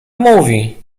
mówi